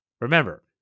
Remember